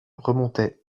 remontait